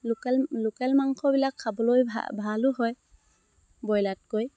local মাংসবিলাক খাবলৈ ভালো হয় ব্ৰইলাৰতকৈ